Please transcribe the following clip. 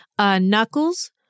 Knuckles